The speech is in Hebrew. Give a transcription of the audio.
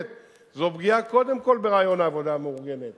זו פגיעה קודם כול ברעיון העבודה המאורגנת